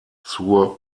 zur